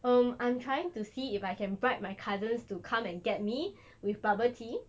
um I'm trying to see if I can bribe my cousins to come and get me with bubble tea